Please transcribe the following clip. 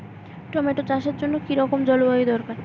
Tomato চাষের জন্য কি রকম জলবায়ু দরকার?